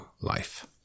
life